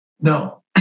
no